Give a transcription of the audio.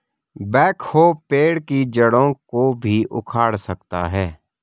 backhoe पेड़ की जड़ों को भी उखाड़ सकता है